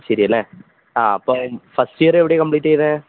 ശരിയല്ലേ ആ അപ്പം എന് ഫർസ്റ്റ് ഇയർ എവിടെയാണ് കംബ്ലീറ്റ് ചെയ്തത്